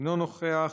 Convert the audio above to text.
אינו נוכח.